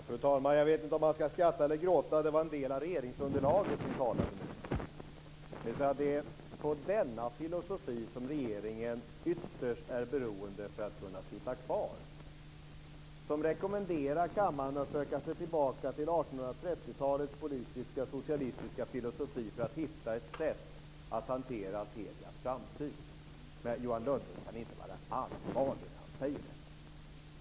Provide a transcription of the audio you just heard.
Fru talman! Jag vet inte om man ska skratta eller gråta. Det var en del av regeringsunderlaget som talade. Det är av denna filosofi som regeringen ytterst är beroende för att kunna sitta kvar, som rekommenderar kammaren att söka sig tillbaka till 1830-talets politiska, socialistiska filosofi för att hitta ett sätt att hantera Telias framtid. Johan Lönnroth kan inte mena allvar när han säger detta.